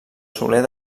soler